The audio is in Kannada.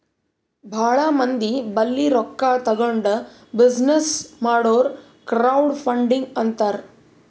ಭಾಳ ಮಂದಿ ಬಲ್ಲಿ ರೊಕ್ಕಾ ತಗೊಂಡ್ ಬಿಸಿನ್ನೆಸ್ ಮಾಡುರ್ ಕ್ರೌಡ್ ಫಂಡಿಂಗ್ ಅಂತಾರ್